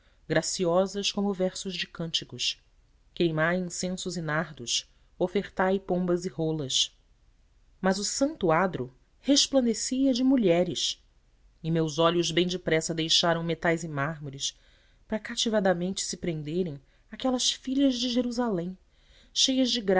graciosas como versos de cânticos queimai incensos e nardos ofertai pombas e rolas mas o santo adro resplandecia de mulheres e meus olhos bem depressa deixaram metais e mármores para cativadamente se prenderem àquelas filhas de jerusalém cheias de